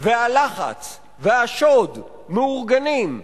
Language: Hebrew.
והלחץ והשוד מאורגנים,